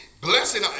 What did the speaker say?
blessing